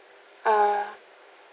err